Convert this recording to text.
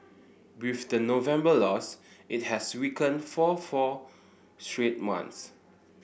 with the November loss it has weakened for four straight months